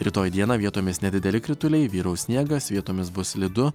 rytoj dieną vietomis nedideli krituliai vyraus sniegas vietomis bus slidu